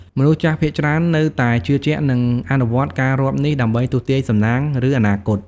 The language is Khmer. មនុស្សចាស់ភាគច្រើននៅតែជឿជាក់ និងអនុវត្តការរាប់នេះដើម្បីទស្សន៍ទាយសំណាង ឬអនាគត។